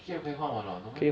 key cap 可以换 [one] [what] no meh